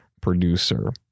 producer